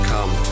Come